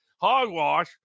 hogwash